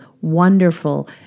wonderful